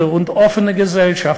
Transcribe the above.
חזקה.